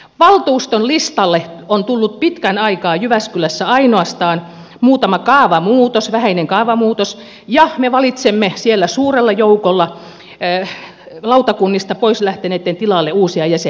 valtuuston listalle on tullut pitkän aikaa jyväskylässä ainoastaan muutama vähäinen kaavamuutos ja me valitsemme siellä suurella joukolla lautakunnista pois lähteneitten tilalle uusia jäseniä